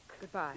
Goodbye